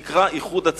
שנקרא "איחוד הצלה".